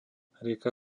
rieka